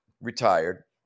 retired